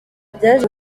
byaje